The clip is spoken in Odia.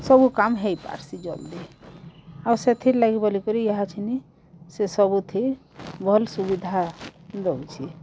ସବୁ କାମ୍ ହେଇପାର୍ସି ଜଲ୍ଦି ଆଉ ସେଥିର୍ ଲାଗି ବୋଲି କରି ଏହା ଚିନି ସେ ସବୁ ଥି ଭଲ୍ ସୁବିଧା ଦଉଛି